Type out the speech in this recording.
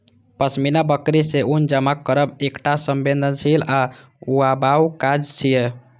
पश्मीना बकरी सं ऊन जमा करब एकटा संवेदनशील आ ऊबाऊ काज छियै